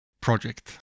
project